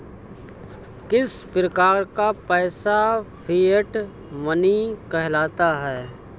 किस प्रकार का पैसा फिएट मनी कहलाता है?